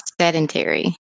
sedentary